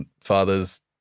father's